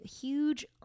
huge